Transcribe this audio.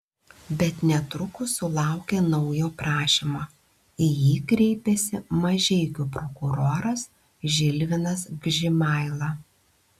bet netrukus sulaukė naujo prašymo į jį kreipėsi mažeikių prokuroras žilvinas gžimaila